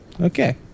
Okay